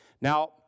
Now